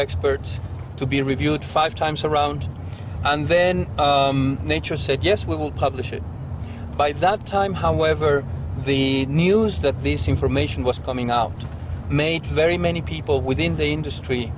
experts to be reviewed five times around and then nature said yes we will publish it by that time however the news that these information was coming out made very many people within the industry